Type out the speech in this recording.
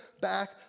back